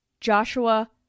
Joshua